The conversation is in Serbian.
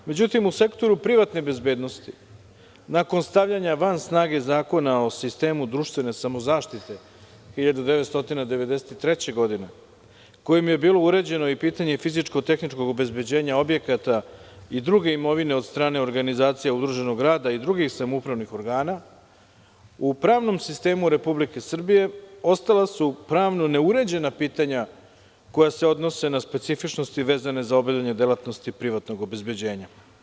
Međutim, u sektoru privatne bezbednosti, nakon stavljanja van snage Zakona o sistemu društvene samozaštite 1993. godine, kojim je bilo uređeno i pitanje fizičko-tehničkog obezbeđenja objekata i druge imovine od strane organizacija udruženog rada i drugih samoupravnih organa, u pravnom sistemu Republike Srbije ostala su pravno neuređena pitanja koja se odnose na specifičnosti vezane za obavljanje delatnosti privatnog obezbeđenja.